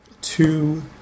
two